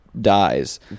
dies